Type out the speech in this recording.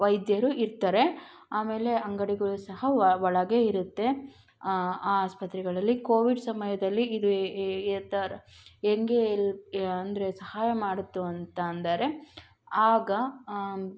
ವೈದ್ಯರು ಇರ್ತಾರೆ ಆಮೇಲೆ ಅಂಗಡಿಗಳು ಸಹ ಒಳಗೆ ಇರುತ್ತೆ ಆ ಆಸ್ಪತ್ರೆಗಳಲ್ಲಿ ಕೋವಿಡ್ ಸಮಯದಲ್ಲಿ ಇದು ಹೆಂಗೆ ಇಲ್ಲಿ ಅಂದರೆ ಸಹಾಯ ಮಾಡಿತ್ತು ಅಂತ ಅಂದರೆ ಆಗ